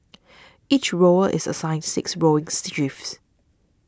each rower is assigned six rowing shifts